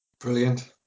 Brilliant